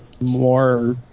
more